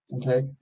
Okay